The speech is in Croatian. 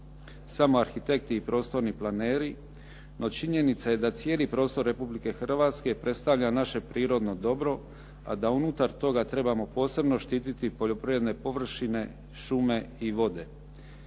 "samo arhitekti i prostorni planeri", no činjenica je da cijeli prostor Republike Hrvatske predstavlja naše prirodno dobro, a da unutar toga trebamo posebno štititi poljoprivredne površine, šume i vode.